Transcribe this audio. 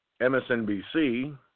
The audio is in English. MSNBC